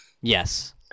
Yes